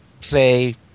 say